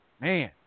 Man